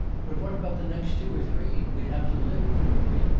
but what about the next two or three? we'd have to live, wouldn't we?